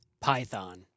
Python